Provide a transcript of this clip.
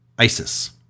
ISIS